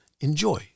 Enjoy